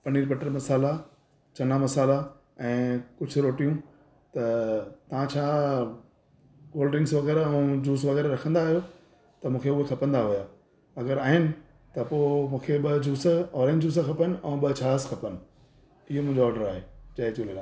paneer butter masala chana masala ऐं कुझु रोटियूं त तव्हां छा कोल्ड ड्रिंक्स वग़ैरह जूस वग़ैरह रखंदा आहियो त मूंखे उहो खपंदा हुआ अगरि आहिनि त पोइ मूंखे ॿ जूस ओरेंज जूस खपनि ऐं ॿ छास खपनि इयो मुंहिंजो ऑडर आहे जय झूलेलाल